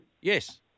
Yes